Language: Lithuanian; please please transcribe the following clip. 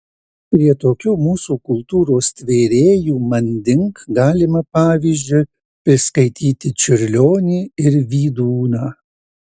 prie tokių mūsų kultūros tvėrėjų manding galima pavyzdžiui priskaityti čiurlionį ir vydūną